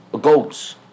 Goats